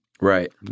Right